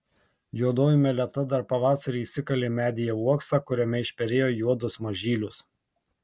juodoji meleta dar pavasarį išsikalė medyje uoksą kuriame išperėjo juodus mažylius